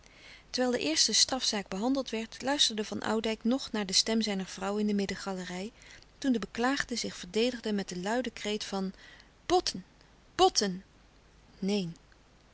terwijl de eerste strafzaak behandeld werd luisterde van oudijck nog naar de stem zijner vrouw in de middengalerij toen de beklaagde zich verdedigde met den luiden kreet van ot n